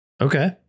Okay